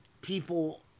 people